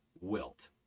wilt